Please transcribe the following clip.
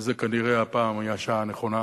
וכנראה הפעם השעה היתה הנכונה,